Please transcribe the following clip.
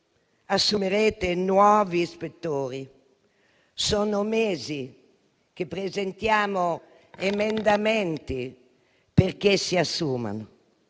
assumerete nuovi ispettori, ma sono mesi che presentiamo emendamenti perché si assumano.